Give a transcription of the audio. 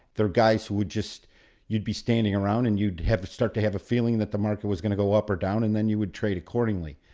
there are guys who would just you'd be standing around and you'd have to start to have a feeling that the market was going to go up or down and then you would trade accordingly.